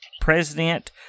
President